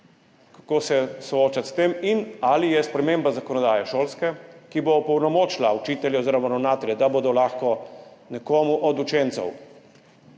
kako se soočiti s tem in ali je sprememba šolske zakonodaje, ki bo opolnomočila učitelje oziroma ravnatelje, da bodo lahko nekomu od učencev,